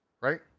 right